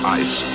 ice